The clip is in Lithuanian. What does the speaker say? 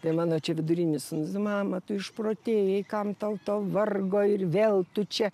tai mano čia vidurinis sūnus mama tu išprotėjai kam tau to vargo ir vėl tu čia